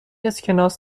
اسکناس